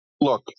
Look